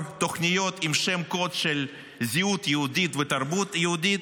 לאין-ספור תוכניות עם שם קוד של זהות יהודית ותרבות יהודית,